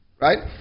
Right